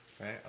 Right